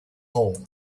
hole